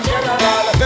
General